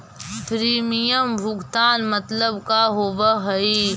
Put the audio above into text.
Premium भुगतान मतलब का होव हइ?